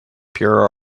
pure